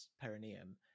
perineum